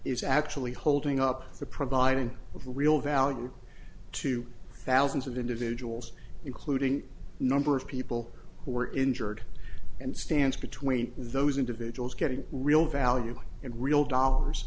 is actually holding up the providing of the real value to thousands of individuals including number of people who are injured and stands between those individuals getting real value in real dollars